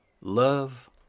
Love